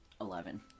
Eleven